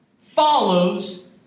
follows